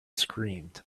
screamed